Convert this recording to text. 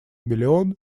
миллион